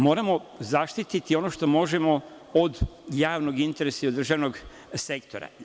Moramo zaštititi ono što možemo od javnog interesa i od državnog sektora.